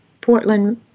Portland